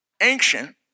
ancient